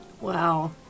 Wow